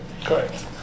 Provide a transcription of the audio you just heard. correct